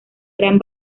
gran